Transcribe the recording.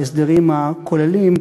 בהסדרים הכוללים,